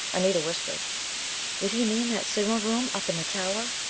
anita whispered did he mean that signal room up in the tower?